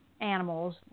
animals